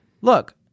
Look